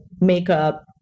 makeup